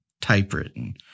typewritten